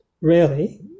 rarely